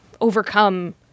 overcome